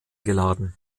geladen